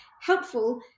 helpful